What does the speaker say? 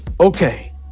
Okay